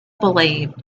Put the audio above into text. believed